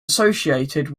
associated